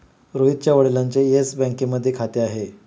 रोहितच्या वडिलांचे येस बँकेत खाते आहे